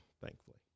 thankfully